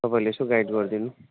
तपाईँले यसो गाइड गरिदिनु